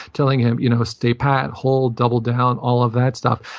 telling him, you know stay pat. hold. double down, all of that stuff.